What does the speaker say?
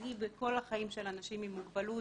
מרכזי בכל החיים של אנשים עם מוגבלות,